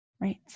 Right